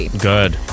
Good